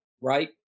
right